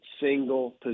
single